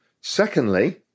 Secondly